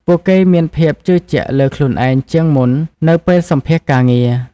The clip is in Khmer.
ពួកគេមានភាពជឿជាក់លើខ្លួនឯងជាងមុននៅពេលសម្ភាសន៍ការងារ។